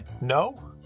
No